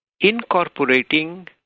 incorporating